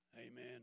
Amen